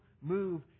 move